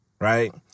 right